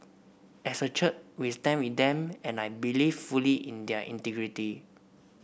as a church we stand with them and I believe fully in their integrity